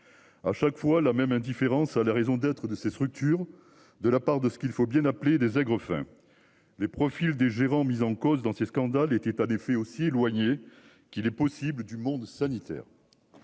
À chaque fois la même indifférence à la raison d'être de ces structures, de la part de ce qu'il faut bien appeler des aigrefins. Les profils des gérants mise en cause dans ce scandales était effet aussi éloigné qu'il est possible du monde sanitaire.